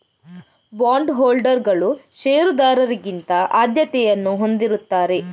bond ಹೋಲ್ಡರುಗಳು ಷೇರುದಾರರಿಗಿಂತ ಆದ್ಯತೆಯನ್ನು ಹೊಂದಿರುತ್ತಾರೆ